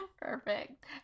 Perfect